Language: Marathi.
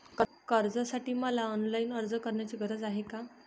कर्जासाठी मला ऑनलाईन अर्ज करण्याची गरज आहे का?